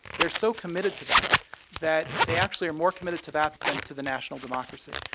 they're so committed to that that they actually are more committed to that than to the national democracy.